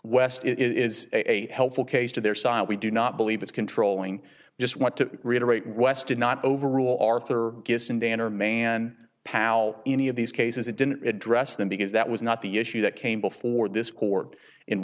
it is a helpful case to their side we do not believe it's controlling just want to reiterate west did not overrule arthur gets in dan or man pal any of these cases it didn't address them because that was not the issue that came before this court in